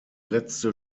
letzte